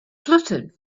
fluttered